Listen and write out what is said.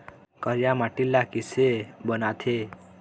करिया माटी ला किसे बनाथे?